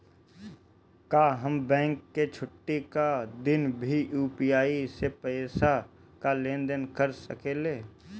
का हम बैंक के छुट्टी का दिन भी यू.पी.आई से पैसे का लेनदेन कर सकीले?